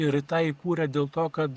ir tą įkūrę dėl to kad